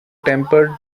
temper